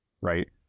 right